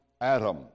Adam